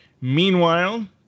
Meanwhile